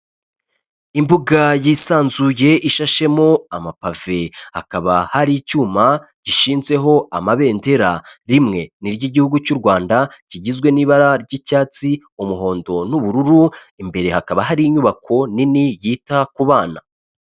Imbuga yisanzuye ishashemo amapave, hakaba hari icyuma gishinzeho amabendera, rimwe n'iry'Igihugu cy'u Rwanda, kigizwe n'ibara ry'icyatsi, umuhondo n'ubururu, imbere hakaba hari inyubako nini yita ku bana.